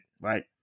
right